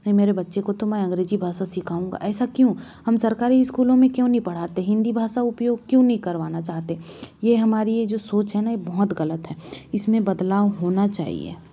नहीं मेरे बच्चे को तो मैं अंग्रेजी भाषा सिखाऊँगा ऐसा क्यों हम सरकारी स्कूलों में क्यों नहीं पढ़ाते हिंदी भाषा उपयोग क्यों नहीं करवाना चाहते यह हमारी यह जो सोच है न यह बहुत गलत है इसमें बदलाव होना चाहिए